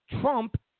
Trump